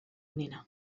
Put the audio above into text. onena